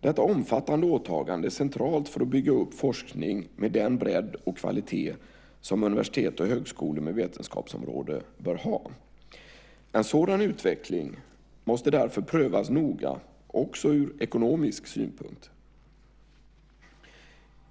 Detta omfattande åtagande är centralt för att bygga upp forskning med den bredd och kvalitet som universitet och högskolor med vetenskapsområde bör ha. En sådan utveckling måste därför prövas noga också ur ekonomisk synpunkt.